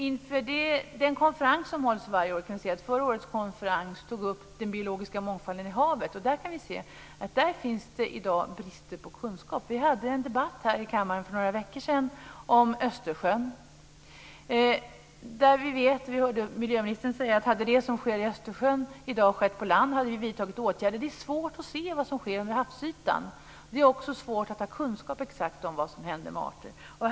Inför den konferens som hålls varje år kan jag säga att förra årets konferens tog upp den biologiska mångfalden i havet. Där kan vi se att det finns brister i kunskap i dag. Vi hade en debatt här i kammaren för några veckor sedan om Östersjön. Vi hörde miljöministern säga att hade det som sker i Östersjön i dag skett på land hade vi vidtagit åtgärder. Det är svårt att se vad som sker under havsytan. Det är också svårt att få kunskap exakt om vad som händer med arter.